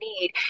need